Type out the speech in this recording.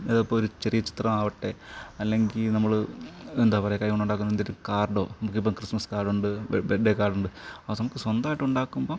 അത് ഇപ്പം ഒരു ചെറിയ ചിത്രമാവട്ടെ അല്ലെങ്കിൽ നമ്മള് എന്താ പറയുക കൈകൊണ്ടുണ്ടാക്കുന്ന ഒരു കാർഡോ ഇപ്പം ക്രിസ്മസ് കാർഡുണ്ട് ബെർത്ത് ഡേ കാർഡുണ്ട് അവ നമുക്ക് സ്വന്തമായിട്ട് ഉണ്ടാക്കുമ്പം